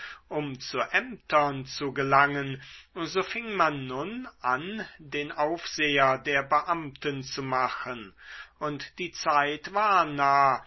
um zu ämtern zu gelangen so fing man nun an den aufseher der beamten zu machen und die zeit war nah